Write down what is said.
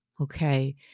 okay